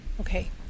Okay